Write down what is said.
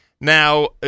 Now